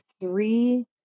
three